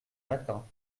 latin